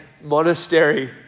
monastery